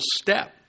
step